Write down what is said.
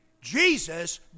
Jesus